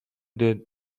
дээд